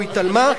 או התעלמה,